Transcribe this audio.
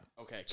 Okay